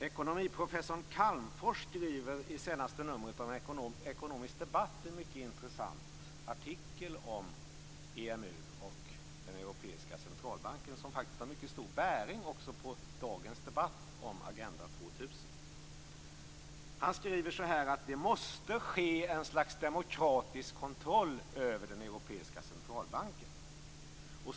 Ekonomiprofessorn Calmfors skriver i det senaste numret av Ekonomisk debatt en mycket intressant artikel om EMU och den europeiska centralbanken som faktiskt har mycket stor bäring också på dagens debatt om Agenda 2000. Han skriver att det måste ske ett slags demokratisk kontroll över den europeiska centralbanken.